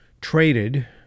traded